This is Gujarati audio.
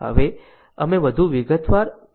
હવે અમે વધુ વિગતવાર વિવિધ ગેપઓની ચર્ચા કરીશું